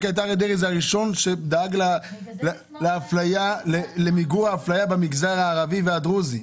אריה דרעי הוא הראשון שדאג למיגור האפליה במגזר הערבי והדרוזי.